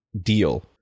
deal